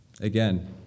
Again